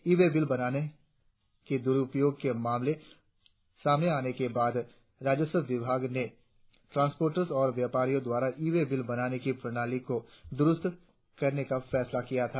ई way bill बनाने में दुरुपयोग के मामले सामने आने के बाद राजस्व विभाग ने ट्रांसपोर्टरों और व्यापारियों द्वारा ई वे बिल बनाने की प्रणाली को दुरुस्त करने का फैसला किया था